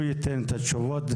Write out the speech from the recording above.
הוא ייתן את התשובות.